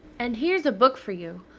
and here's a book for you,